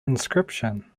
inscription